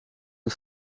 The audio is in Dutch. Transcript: een